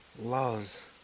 loves